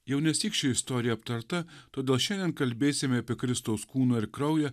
jau nesyk ši istorija aptarta todėl šiandien kalbėsime apie kristaus kūną ir kraują